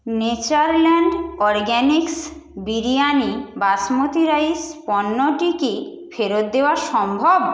Natureland Organics biryani basmati rice পণ্যটি কি ফেরত দেওয়া সম্ভব